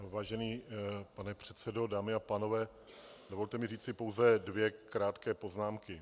Vážený pane předsedo, dámy a pánové, dovolte mi říci pouze dvě krátké poznámky.